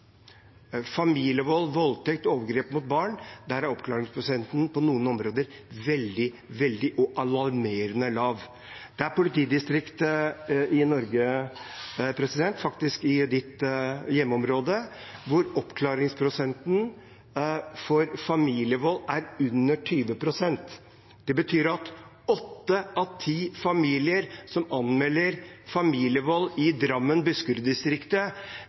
familievold, voldtekt, overgrep mot barn, er oppklaringsprosenten på noen områder veldig lav – alarmerende lav. Det er politidistrikter i Norge, president – faktisk i ditt hjemmeområde – hvor oppklaringsprosenten for familievold er på under 20 pst. Det betyr at åtte av ti familier som anmelder familievold i